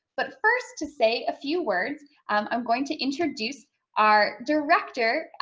but first to say a few words i'm going to introduce our director,